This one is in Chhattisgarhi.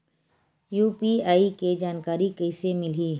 यू.पी.आई के जानकारी कइसे मिलही?